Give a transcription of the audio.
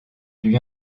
lui